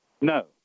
No